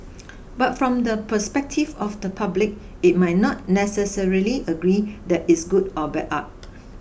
but from the perspective of the public it might not necessarily agree that it's good or bad art